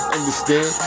Understand